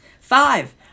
Five